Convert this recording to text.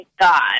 God